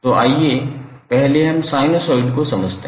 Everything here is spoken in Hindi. तो आइए पहले हम साइनसोइड को समझें